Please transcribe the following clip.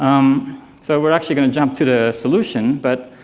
um so we're actually going to jump to the solution, but